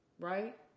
right